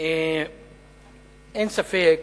אין ספק